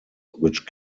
which